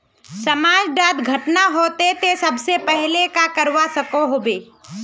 समाज डात घटना होते ते सबसे पहले का करवा होबे?